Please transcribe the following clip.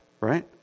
right